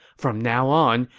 from now on,